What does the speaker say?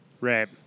Right